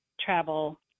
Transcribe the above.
travel